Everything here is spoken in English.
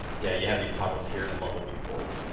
yeah, you have these toggles here in the level viewport